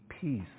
peace